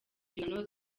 inshingano